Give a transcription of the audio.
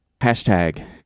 Hashtag